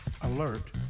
Alert